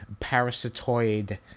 parasitoid